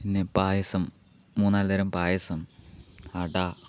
പിന്നെ പായസം മൂന്ന് നാല് തരം പായസം അട